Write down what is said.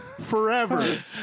forever